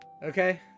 Okay